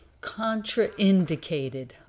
Contraindicated